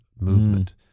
movement